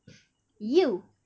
you